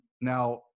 Now